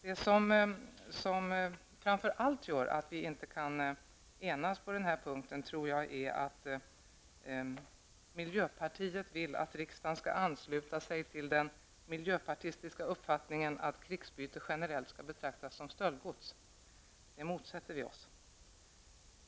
Jag tror att det som framför allt gör att vi inte kan enas på den här punkten är att miljöpartiet vill att riksdagen skall ansluta sig till den miljöpartistiska uppfattningen att krigsbyte generellt skall betraktas som stöldgods. Det motsätter vi oss.